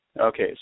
Okay